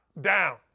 down